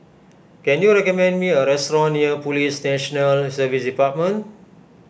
can you recommend me a restaurant near Police National Service Department